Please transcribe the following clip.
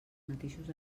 mateixos